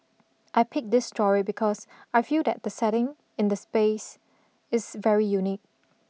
I pick this story because I feel that the setting in the space is very unique